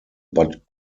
but